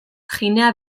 ginea